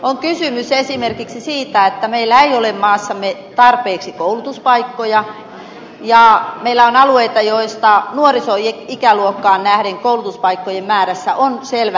on kysymys esimerkiksi siitä että meillä ei ole maassamme tarpeeksi koulutuspaikkoja ja meillä on alueita joilla nuorison ikäluokkaan nähden koulutuspaikkojen määrässä on selvä epäsuhta